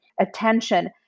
attention